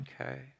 Okay